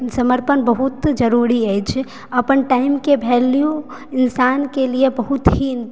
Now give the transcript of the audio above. समर्पण बहुत जरूरी अछि अपन टाइम के भेल्यू इन्सान के लिय बहुत ही